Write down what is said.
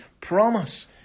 promise